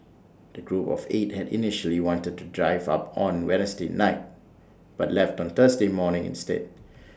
the group of eight had initially wanted to drive up on Wednesday night but left on Thursday morning instead